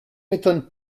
m’étonne